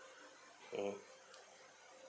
mm